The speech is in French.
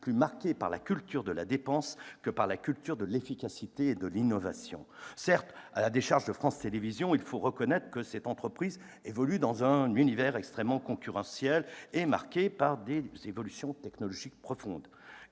plus marquée par la culture de la dépense que par la culture de l'efficacité et de l'innovation. Certes, à la décharge de France Télévisions, il faut reconnaître que l'entreprise évolue dans un univers extrêmement concurrentiel et marqué par des évolutions technologiques profondes.